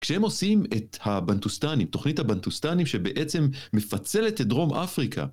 כשהם עושים את הבנטוסטנים, תוכנית הבנטוסטנים, שבעצם מפצלת את דרום אפריקה.